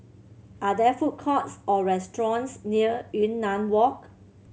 are there food courts or restaurants near Yunnan Walk